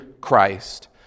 Christ